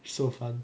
so fun